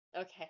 Okay